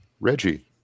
Reggie